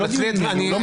מירב,